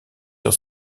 sur